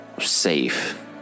Safe